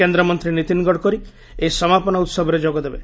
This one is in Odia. କେନ୍ଦ୍ରମନ୍ତ୍ରୀ ନୀତିନ ଗଡକରୀ ଏହି ସମାପନ ଉହବରେ ଯୋଗଦେବେ